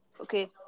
Okay